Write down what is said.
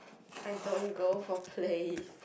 I don't go for play